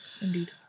Indeed